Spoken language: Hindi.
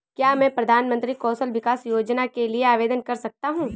क्या मैं प्रधानमंत्री कौशल विकास योजना के लिए आवेदन कर सकता हूँ?